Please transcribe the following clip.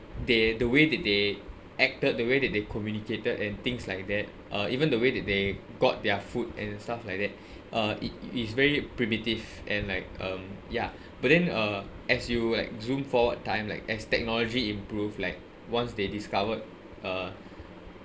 they the way that they acted the way that they communicated and things like that uh even the way that they got their food and stuff like that uh it it's very primitive and like um ya but then uh as you like zoom forward time like as technology improve like once they discovered uh